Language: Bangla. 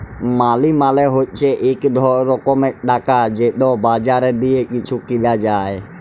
মালি মালে হছে ইক রকমের টাকা যেট বাজারে দিঁয়ে কিছু কিলা যায়